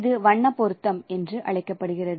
இது வண்ண பொருத்தம் என்று அழைக்கப்படுகிறது